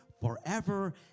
forever